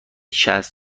شصت